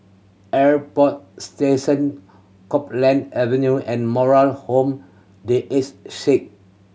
Airport Station Copeland Avenue and Moral Home The Ace Sick